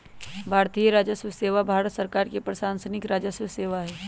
भारतीय राजस्व सेवा भारत सरकार के प्रशासनिक राजस्व सेवा हइ